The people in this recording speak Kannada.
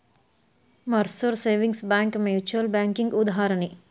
ಮರ್ಸರ್ ಸೇವಿಂಗ್ಸ್ ಬ್ಯಾಂಕ್ ಮ್ಯೂಚುಯಲ್ ಬ್ಯಾಂಕಿಗಿ ಉದಾಹರಣಿ